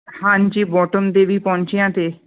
ਹਾਂਜੀ ਬੋਟਮ ਦੇ ਵੀ ਪਹੁੰਚਿਆਂ 'ਤੇ